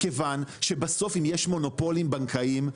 כיוון שבסוף אם יש מונופולים בנקאיים,